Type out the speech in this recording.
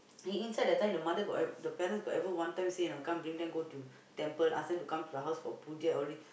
he inside that time the mother got e~ the parents got ever one time say or not come bring them go to temple ask them come to the house for all these